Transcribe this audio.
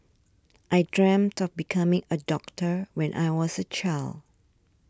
I dreamt of becoming a doctor when I was a child